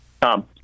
Tom